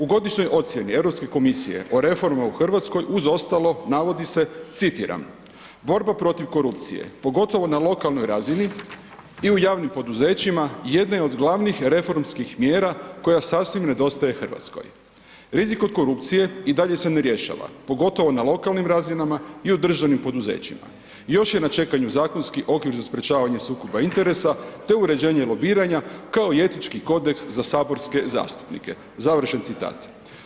U godišnjoj ocjeni Europske komisije o reformama u Hrvatskoj uz ostalo navodi se, citiram „borba protiv korupcije, pogotovo na lokalnoj razini i u javnim poduzećima, jedne od glavnih reformskih mjera koja sasvim nedostaje Hrvatskoj, rizik od korupcije i dalje se ne rješava pogotovo na lokalnim razinama i u državnim poduzećima, još je na čekanju zakonski okvir za sprječavanje sukoba interesa te uređenje lobiranja kao i etički kodeks za saborske zastupnike“, završen citat.